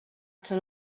can